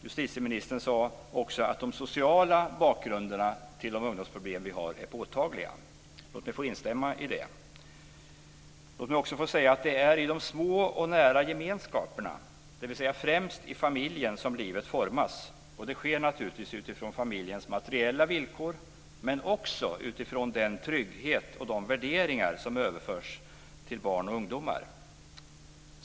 Justitieministern sade också att de sociala bakgrunderna till de ungdomsproblem vi har är påtagliga. Låt mig få instämma i det. Låt mig också få säga att det är i de små och nära gemenskaperna, dvs. främst i familjen, som livet formas. Det sker naturligtvis utifrån familjens materiella villkor, men också utifrån den trygghet och de värderingar som överförs till barn och ungdomar.